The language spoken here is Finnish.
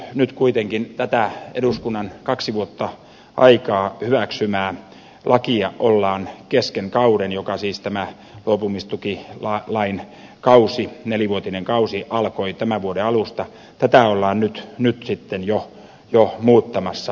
nyt kuitenkin tätä eduskunnan kaksi vuotta sitten hyväksymää lakia ollaan kesken kauden siis tämä luopumistukilain kausi nelivuotinen kausi alkoi tämän vuoden alusta tätä ollaan nyt nyt sitten jo jo muuttamassa